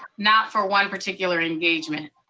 not for one particular engagement.